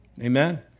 Amen